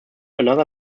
another